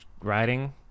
riding